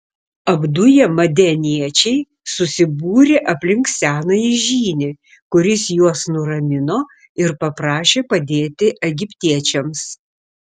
apduję madianiečiai susibūrė aplink senąjį žynį kuris juos nuramino ir paprašė padėti egiptiečiams